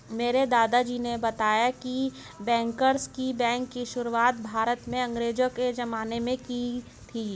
मेरे दादाजी ने बताया की बैंकर्स बैंक की शुरुआत भारत में अंग्रेज़ो के ज़माने में की थी